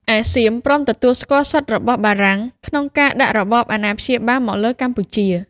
ឯសៀមព្រមទទួល ស្គាល់សិទ្ធិរបស់បារាំងក្នុងការដាក់របបអាណាព្យាបាលមក លើកម្ពុជា។